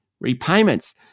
repayments